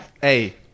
Hey